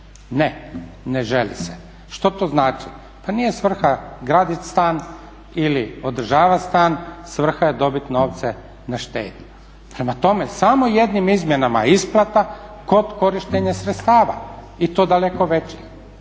Ne, ne želi se. Što to znači? Pa nije svrha graditi stan ili održavati stan, svrha je dobiti novce na štednju. Prema tome, samo jednim izmjenama isplata kod korištenja sredstava i to daleko većih.